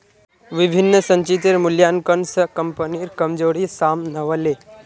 विभिन्न संचितेर मूल्यांकन स कम्पनीर कमजोरी साम न व ले